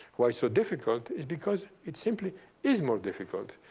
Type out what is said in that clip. why so difficult, is because it simply is more difficult.